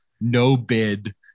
no-bid